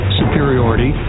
superiority